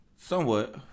somewhat